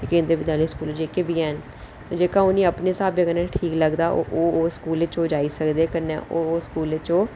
एह् जेह्ड़े स्कूल न जेह्का उ'नें गी अपने स्हाबै कन्नै ठीक लगदा ओह् ओह् स्कूल च ओह् जाई सकदे ओह् ओह् स्कूल च ओह् जंदे न